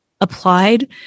applied